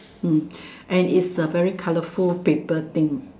mm and is a very colorful paper thing